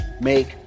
make